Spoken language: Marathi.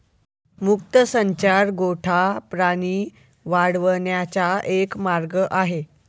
मुक्त संचार गोठा प्राणी वाढवण्याचा एक मार्ग आहे